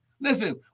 Listen